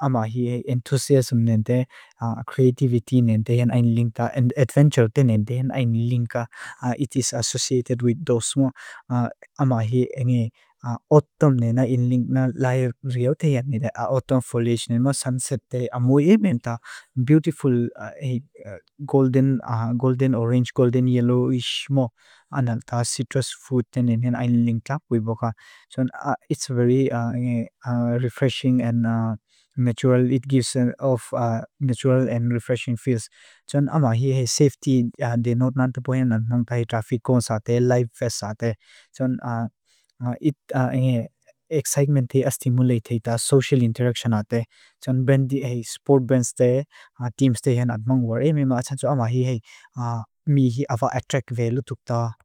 Ama hi enthusiasm nende, creativity nende hen ayn linka and adventure denende hen ayn linka. It is associated with those mo. Ama hi enge autumn nena in link na laya riau teyat nede, autumn foliage nenmo, sunset tey, beautiful golden orange, golden yellowish mo and citrus fruit nenende ayn linka. So it's very refreshing and natural, it gives off natural and refreshing feels. So ama hi safety denote nante poi nante hai traffic cones aate, life vest aate. So excitement tey stimulate tey ta, social interaction aate. Chon bendi hai sport bends tey, teams tey hen aadmong ware. Emema atsan tsoi ama hi hai, mi hi awa attract velu tuk ta.